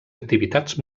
activitats